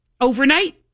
overnight